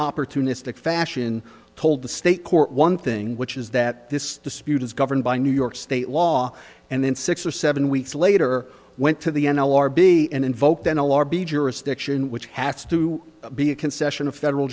opportunistic fashion told the state court one thing which is that this dispute is governed by new york state law and then six or seven weeks later went to the n l r b and invoked in a lobby jurisdiction which has to be a concession of federal